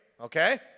Okay